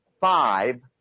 five